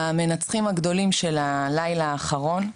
המנצחים הגדולים של הלילה האחרון,